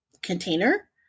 container